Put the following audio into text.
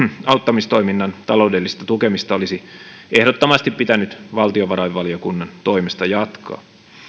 auttamistoiminnan taloudellista tukemista olisi ehdottomasti pitänyt valtiovarainvaliokunnan toimesta jatkaa